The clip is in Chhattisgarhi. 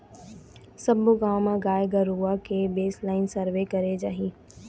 सब्बो गाँव म गाय गरुवा के बेसलाइन सर्वे करे जाही